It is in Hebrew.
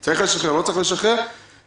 אם צריך לשחרר או לא.